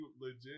legit –